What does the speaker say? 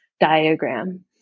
diagram